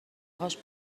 هاش